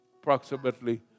approximately